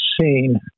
seen